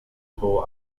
pool